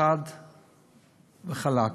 חד וחלק: